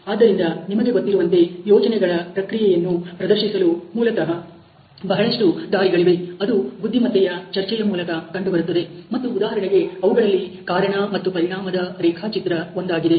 ಆದ್ದರಿಂದ ನಿಮಗೆ ಗೊತ್ತಿರುವಂತೆ ಯೋಚನೆಗಳ ಪ್ರಕ್ರಿಯೆಯನ್ನು ಪ್ರದರ್ಶಿಸಲು ಮೂಲತಃ ಬಹಳಷ್ಟು ದಾರಿಗಳಿವೆ ಅದು ಬುದ್ಧಿಮತ್ತೆಯ ಚರ್ಚೆಯ ಮೂಲಕ ಕಂಡುಬರುತ್ತದೆ ಮತ್ತು ಉದಾಹರಣೆಗೆ ಅವುಗಳಲ್ಲಿ ಕಾರಣ ಮತ್ತು ಪರಿಣಾಮದ ರೇಖಾಚಿತ್ರ ಒಂದಾಗಿದೆ